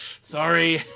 Sorry